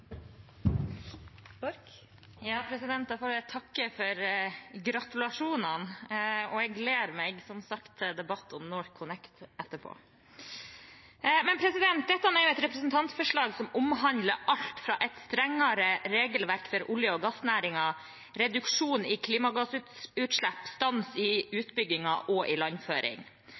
Jeg vil takke for gratulasjonene. Jeg gleder meg til debatten om NorthConnect etterpå. Dette er et representantforslag som omhandler et strengere regelverk for olje- og gassnæringen, reduksjon i klimagassutslipp, stans i utbyggingen og